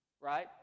right